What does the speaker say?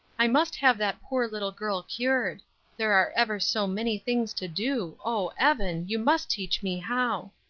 i must have that poor little girl cured there are ever so many things to do, oh evan, you must teach me how.